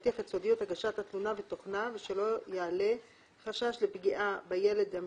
אנחנו ממשיכים בהצעת תקנות אומנה לילדים